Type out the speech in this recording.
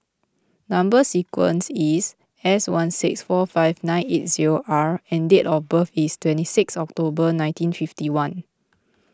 Number Sequence is S one six four five nine eight zero R and date of birth is twenty six October nineteen fifty one